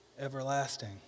Everlasting